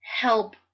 help